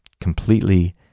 completely